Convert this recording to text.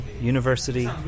university